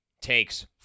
takes